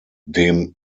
dem